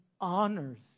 honors